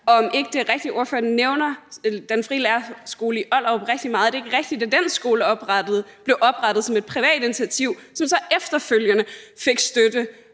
om ikke det er rigtigt – ordføreren nævner Den Frie Lærerskole i Ollerup rigtig meget – at den skole blev oprettet som et privat initiativ, som så efterfølgende fik